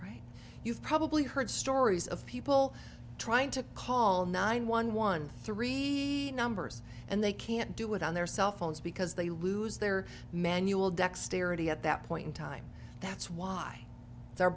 right you've probably heard stories of people trying to call nine one one three numbers and they can't do it on their cell phones because they lose their manual dexterity at that point in time that's why